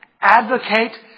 advocate